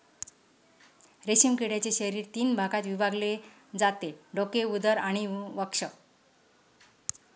रेशीम किड्याचे शरीर तीन भागात विभागले जाते डोके, उदर आणि वक्ष